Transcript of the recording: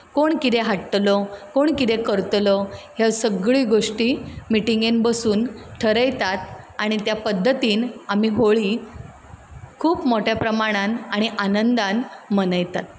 कोण कितें हाडटलो कोण कितें करतलो ह्यो सगळीं गोश्टी मिटींगेंत बसून ठरयतात आनी त्या पद्दतीन आमी होळी खूब मोठ्या प्रमाणान आनी आनंदान मनयतात